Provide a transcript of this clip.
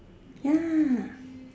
ya